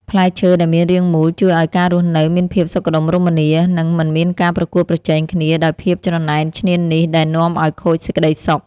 ផ្លែឈើដែលមានរាងមូលជួយឱ្យការរស់នៅមានភាពសុខដុមរមនា និង មិនមានការប្រកួតប្រជែងគ្នាដោយភាពច្រណែនឈ្នានីសដែលនាំឱ្យខូចសេចក្តីសុខ។